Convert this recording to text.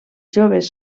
joves